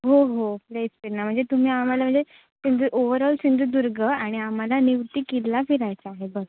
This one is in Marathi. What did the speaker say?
हो हो प्लेस फिरणं म्हणजे तुम्ही आम्हाला म्हणजे सिंधू ओवरऑल सिंधुदुर्ग आणि आम्हाला निवती किल्ला फिरायचं आहे बस